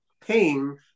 pain